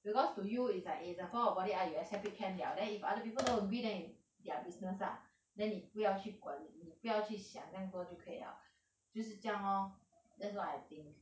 because to you it's like it's a form of body art you accept it can liao then if other people don't agree then it's their business lah then 你不要去管你你不要去想这样多就可以 liao 就是这样 lor that's what I think